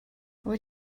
wyt